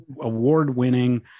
award-winning